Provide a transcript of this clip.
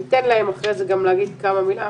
ניתן להם אחרי כן לומר כמה מילים,